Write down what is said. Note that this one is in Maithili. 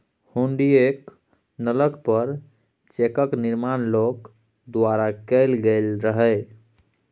हुंडीयेक नकल पर चेकक निर्माण लोक द्वारा कैल गेल रहय